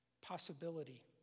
possibility